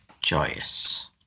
joyous